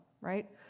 Right